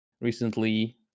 Recently